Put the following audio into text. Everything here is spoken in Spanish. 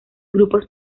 grupos